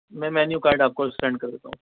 میں menu card آپ کو سینڈ کر دیتا ہوں